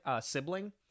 sibling